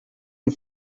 you